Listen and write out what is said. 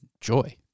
joy